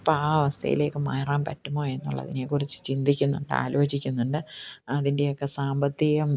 അപ്പ ആ അവസ്ഥയിലേക്ക് മാറാന് പറ്റുമോ എന്നുള്ളതിനെ കുറിച്ച് ചിന്തിക്കുന്നുണ്ട് ആലോചിക്കുന്നുണ്ട് അതിന്റെ ഒക്കെ സാമ്പത്തികം